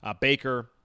Baker